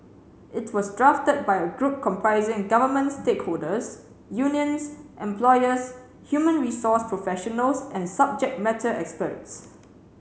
it was drafted by a group comprising government stakeholders unions employers human resource professionals and subject matter experts